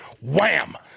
Wham